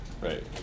Right